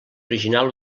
original